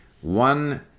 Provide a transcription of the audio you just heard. one